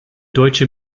deutsche